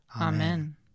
Amen